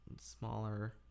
smaller